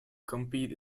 compete